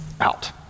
Out